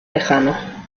lejano